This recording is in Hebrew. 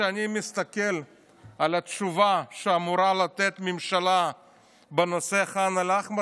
כשאני מסתכל על התשובה שאמורה לתת ממשלה בנושא ח'אן אל-אחמר,